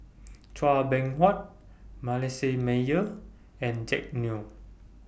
Chua Beng Huat Manasseh Meyer and Jack Neo